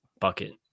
bucket